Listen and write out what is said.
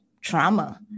trauma